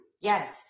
Yes